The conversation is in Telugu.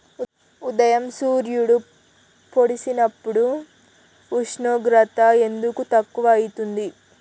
ఉదయం సూర్యుడు పొడిసినప్పుడు ఉష్ణోగ్రత ఎందుకు తక్కువ ఐతుంది?